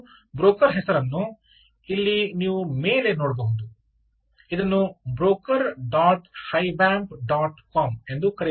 ಮತ್ತು ಬ್ರೋಕರ್ ಹೆಸರನ್ನು ಇಲ್ಲಿ ನೀವು ಮೇಲೆ ನೋಡಬಹುದು ಇದನ್ನು broker dot hivemp dot com broker